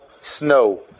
snow